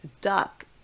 duck